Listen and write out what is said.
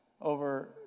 over